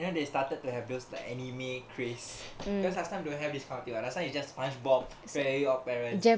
you know they started to have those like anime cris because last time don't have this kind of thing lah last time you just spongebob fairy odd parents